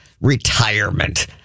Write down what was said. retirement